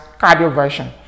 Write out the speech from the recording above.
cardioversion